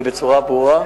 זה בצורה ברורה?